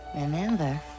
Remember